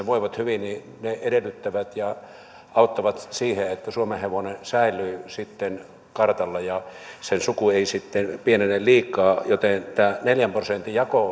voivat hyvin ne edellyttävät ja auttavat että suomenhevonen säilyy kartalla ja sen suku ei pienene liikaa joten pidän erinomaisena että tästä neljän prosentin jako